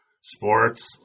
sports